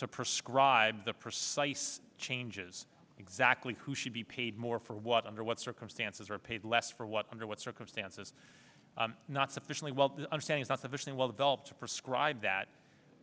to prescribe the precise changes exactly who should be paid more for what under what circumstances are paid less for what under what circumstances not sufficiently well i'm saying is not sufficiently well developed to prescribe that